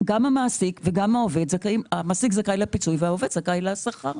המעסיק זכאי לפיצוי והעובד זכאי לשכר.